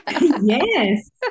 Yes